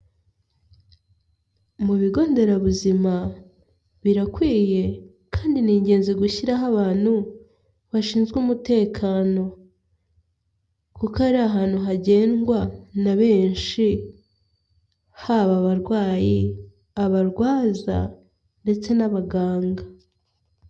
Mu bigo nderabuzima birakwiye kandi ni ingenzi gushyiraho abantu bashinzwe umutekano, kuko ari ahantu hagendwa na benshi haba abarwayi, abarwaza ndetse n'abaganga.